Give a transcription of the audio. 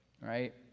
right